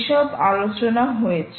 এসব আলোচনা হয়েছে